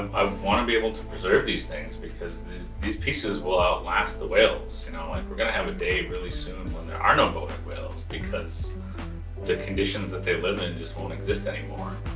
i've want to be able to preserve these things because these pieces will outlast the whales. you know like we're gonna have a date really soon when there are no bowhead whales because the conditions that they live in just won't exist anymore.